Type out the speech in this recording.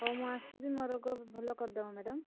ହଉ ମୁଁ ଆସିବି ମୋ ରୋଗ ଭଲ କରିଦବ ମ୍ୟାଡ଼ାମ୍